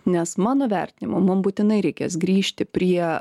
nes mano vertinimu mum būtinai reikės grįžti prie